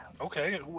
Okay